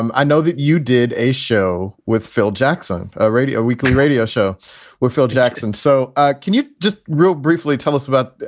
um i know that you did a show with phil jackson ah radio, a weekly radio show so where phil jackson. so ah can you just real briefly tell us about.